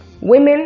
women